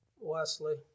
Wesley